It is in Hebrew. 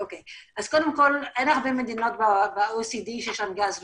אז קודם כל אין הרבה מדינות ב-OECD שיש שם גז ונפט,